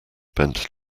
bent